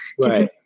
right